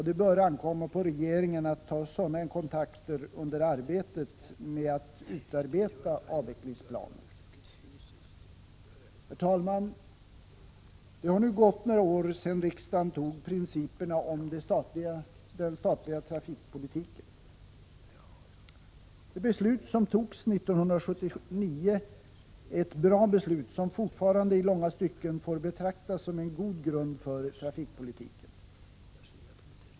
Det bör ankomma på regeringen att ta sådana kontakter under arbetet med att utarbeta avvecklingsplanen. Herr talman! Det har nu gått några år sedan riksdagen antog principerna om den statliga trafikpolitiken. Det beslut som fattades 1979 är ett bra beslut, som fortfarande i långa stycken får betraktas som en god grund för trafikpolitiken.